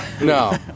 no